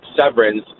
severance